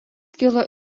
kilo